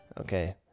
Okay